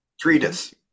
Treatise